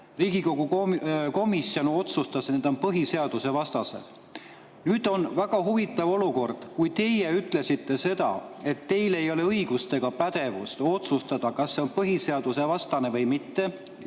Riigikogu komisjon otsustas, et need on põhiseadusvastased. Nüüd on väga huvitav olukord. Te ütlesite, et teil ei ole õigust ega pädevust otsustada, kas see on põhiseadusvastane või mitte.